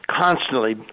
constantly